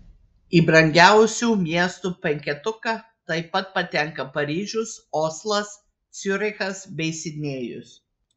į brangiausių miestų penketuką taip pat patenka paryžius oslas ciurichas bei sidnėjus